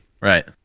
Right